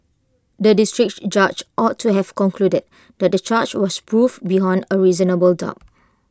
the District Judge ought to have concluded that the discharge was proved beyond A reasonable doubt